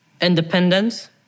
independence